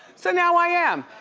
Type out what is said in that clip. so now i am.